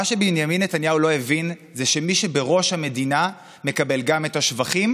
מה שבנימין נתניהו לא הבין זה שמי שבראש המדינה מקבל גם את השבחים